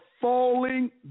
falling